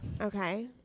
okay